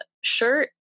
shirt